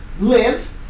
live